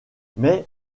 mais